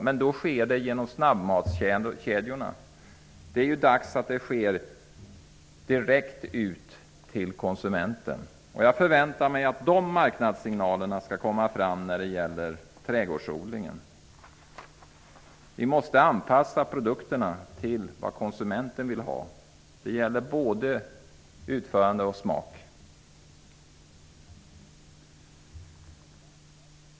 Men det sker genom snabbmatskedjorna. Det är dags att produkterna levereras direkt till konsumenten. Jag väntar mig att de signalerna skall ges när det gäller trädgårdsodlingen. Vi måste anpassa produkterna till konsumentens krav. Det gäller både utförande och smak.